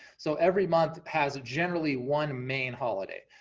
so every month has a generally one main holiday,